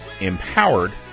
empowered